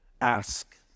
Ask